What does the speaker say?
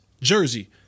jersey